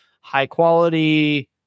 high-quality